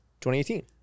2018